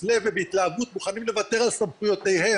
לב ובהתלהבות מוכנים לוותר על סמכויותיהם.